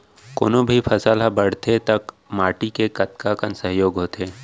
कोनो भी फसल हा बड़थे ता माटी के कतका कन सहयोग होथे?